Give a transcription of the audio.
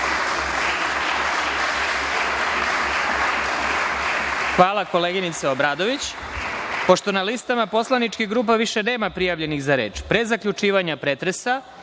Hvala, koleginice Obradović. Pošto na listama poslaničkih grupa više nema prijavljenih za reč, pre zaključivanja pretresa,